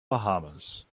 bahamas